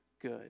good